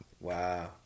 Wow